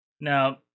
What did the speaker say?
Now